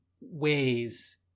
ways